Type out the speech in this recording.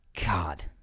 God